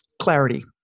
clarity